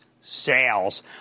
sales